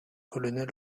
colonel